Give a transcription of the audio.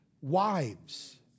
Wives